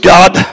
God